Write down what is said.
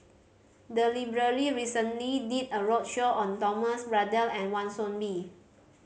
the library recently did a roadshow on Thomas Braddell and Wan Soon Bee